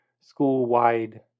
school-wide